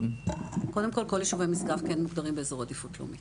כל יישובי משגב כן מוגדרים כיישובי עדיפות לאומית.